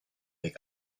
del